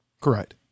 Correct